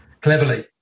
Cleverly